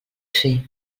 fer